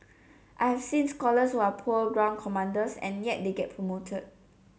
I've seen scholars who are poor ground commanders and yet they get promoted